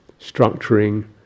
structuring